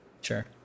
sure